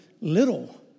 little